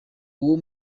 uwo